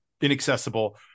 inaccessible